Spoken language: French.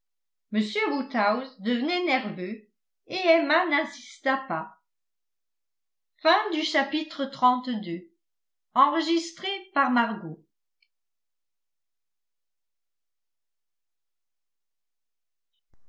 m woodhouse devenait nerveux et emma n'insista pas